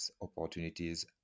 opportunities